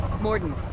morden